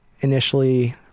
initially